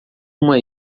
uma